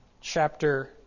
chapter